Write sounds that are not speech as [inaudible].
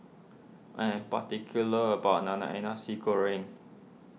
I am particular about [unintelligible] Nasi Goreng